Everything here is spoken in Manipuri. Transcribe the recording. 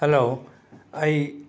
ꯍꯂꯣ ꯑꯩ